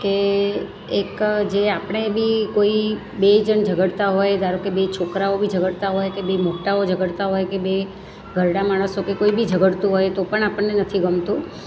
કે એક જે આપણે બી કોઈ બે જણ ઝગડતા હોય ધારો કે બે છોકરાઓ બી ઝગડતા હોય કે બે મોટાઓ ઝગડતા હોય કે બે ઘરડા માણસો કે કોઈ બી ઝગડતું હોય તો પણ આપણને નથી ગમતું